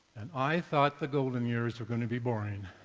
and i thought the golden years were going to be boring.